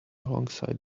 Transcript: alongside